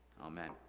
Amen